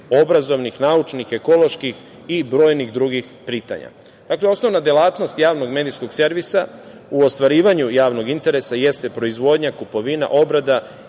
obrazovnih, naučih, ekoloških i brojnih drugih pitanja.“Dakle, osnovna delatnost javnog medijskog servisa u ostvarivanju javnog interesa jeste proizvodnja, kupovina, obrada